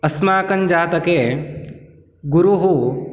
अस्माकञ्जातके गुरुः